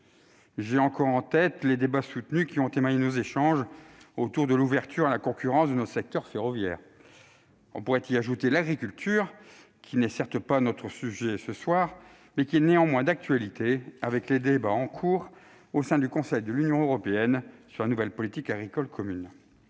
J'ai encore en tête les débats soutenus qui ont émaillé nos échanges autour de l'ouverture à la concurrence de notre secteur ferroviaire. On pourrait y ajouter l'agriculture, qui n'est, certes, pas notre sujet cet après-midi, mais qui est néanmoins d'actualité avec les débats en cours au sein du Conseil de l'Union européenne sur la nouvelle politique agricole commune.